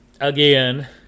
Again